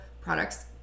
products